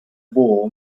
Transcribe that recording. bull